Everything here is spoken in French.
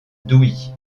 douy